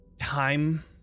time